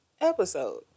episode